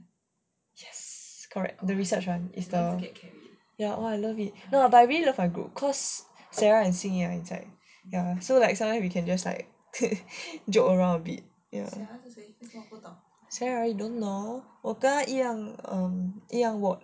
yes correct the research [one] is the ya [what] I love it no I really love my group cause sarah and xin yan inside ya so like sometime we can just like joke around a bit ya sarah you don't know 我跟她一样 um 一样 work